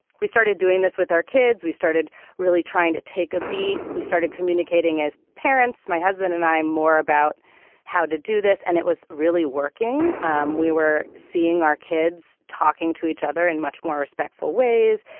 we started doing this with our kids. we started really trying to take a beat. we started communicating as parents, my husband and i more about how to do this. and it was really working. um we were seeing our kids talking to each other in much more respectful ways,